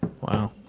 Wow